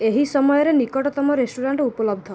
ଏହି ସମୟରେ ନିକଟତମ ରେଷ୍ଟୁରାଣ୍ଟ୍ ଉପଲବ୍ଧ